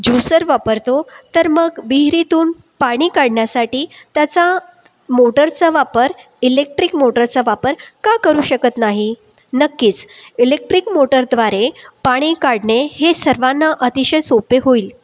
juicer वापरतो तर मग विहिरीतून पाणी काढण्यासाठी त्याचा मोटरचा वापर इलेक्ट्रिक मोटरचा वापर का करू शकत नाही नक्कीच इलेक्ट्रिक मोटरद्वारे पाणी काढणे हे सर्वांना अतिशय सोपे होईल